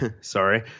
sorry